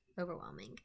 overwhelming